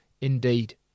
indeed